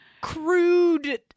crude